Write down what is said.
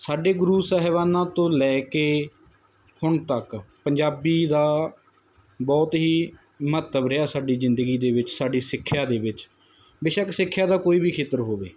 ਸਾਡੇ ਗੁਰੂ ਸਾਹਿਬਾਨਾਂ ਤੋਂ ਲੈ ਕੇ ਹੁਣ ਤੱਕ ਪੰਜਾਬੀ ਦਾ ਬਹੁਤ ਹੀ ਮਹੱਤਵ ਰਿਹਾ ਸਾਡੀ ਜ਼ਿੰਦਗੀ ਦੇ ਵਿੱਚ ਸਾਡੀ ਸਿੱਖਿਆ ਦੇ ਵਿੱਚ ਬੇਸ਼ੱਕ ਸਿੱਖਿਆ ਦਾ ਕੋਈ ਵੀ ਖੇਤਰ ਹੋਵੇ